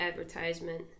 advertisement